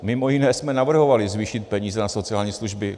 Mimo jiné jsme navrhovali zvýšit peníze na sociální služby.